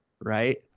right